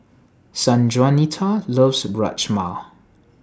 Sanjuanita loves Rajma